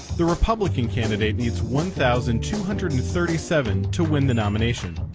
the republican candidate needs one thousand two hundred and thirty seven to win the nomination.